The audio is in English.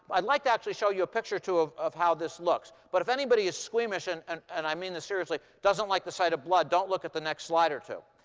i'd like to actually show you a picture, too, of of how this looks. but if anybody is squeamish and and and i mean this seriously doesn't like the sight of blood, don't look at the next slide or two.